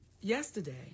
yesterday